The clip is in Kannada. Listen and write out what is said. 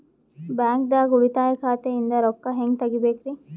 ಬ್ಯಾಂಕ್ದಾಗ ಉಳಿತಾಯ ಖಾತೆ ಇಂದ್ ರೊಕ್ಕ ಹೆಂಗ್ ತಗಿಬೇಕ್ರಿ?